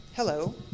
Hello